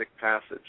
passage